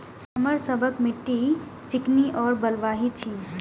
हमर सबक मिट्टी चिकनी और बलुयाही छी?